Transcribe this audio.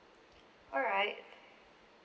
alright